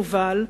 יובל,